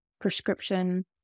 prescription